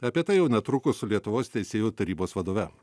apie tai jau netrukus su lietuvos teisėjų tarybos vadove